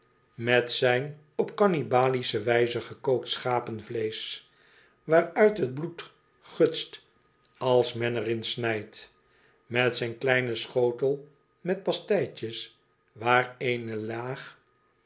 met zijn op canibalische wijze gekookt schapevleesch waaruit t bloed gutst als men er in snijdt met zijn kleinen schotel metpasteitjes waar eene laag